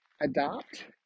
adopt